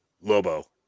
Lobo